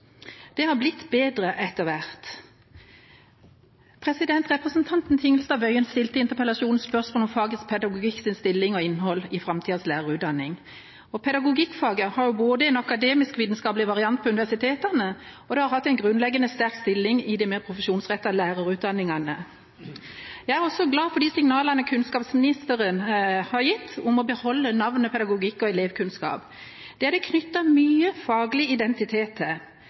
Det har blitt bedre etter hvert. Representanten Tingelstad Wøien stilte i interpellasjonen spørsmål om faget pedagogikks stilling og innhold i framtidas lærerutdanning. Pedagogikkfaget har en akademisk-vitenskapelig variant på universitetene, og det har hatt en grunnleggende sterk stilling i de mer profesjonsrettede lærerutdanningene. Jeg er også glad for de signalene kunnskapsministeren har gitt om å beholde navnet «pedagogikk og elevkunnskap». Det er det knyttet mye faglig identitet til,